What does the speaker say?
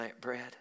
bread